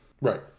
Right